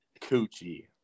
coochie